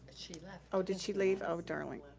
she left. oh, did she leave? oh, darn.